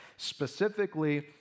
specifically